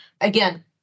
again